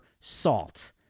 salt